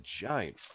giant